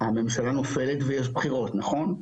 הממשלה נופלת ויש בחירות נכון?